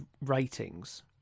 ratings